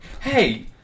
Hey